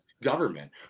Government